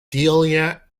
delia